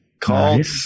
called